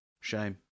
Shame